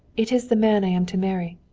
it is the man i am to marry.